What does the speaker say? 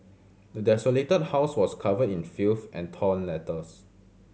the desolated house was covered in filth and torn letters